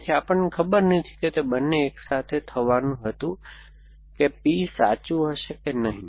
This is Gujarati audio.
તેથી આપણને ખબર નથી કે તે બંને એકસાથે થવાનું હતું કે P સાચું હશે કે નહીં